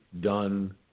done